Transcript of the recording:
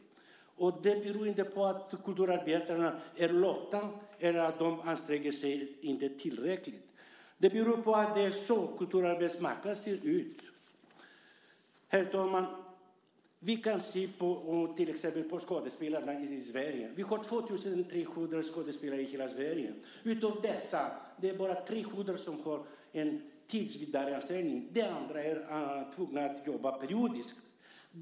Det beror inte på att kulturarbetarna är lata eller inte anstränger sig tillräckligt. Det beror på att det är så kulturarbetsmarknaden ser ut. Herr talman! Vi kan till exempel se på skådespelarna i Sverige. Vi har 2 300 skådespelare i hela Sverige. Av dessa är det bara 300 som har en tillsvidareanställning. De andra är tvungna att jobba periodiskt.